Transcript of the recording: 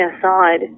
aside